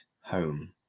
home